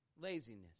laziness